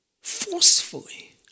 forcefully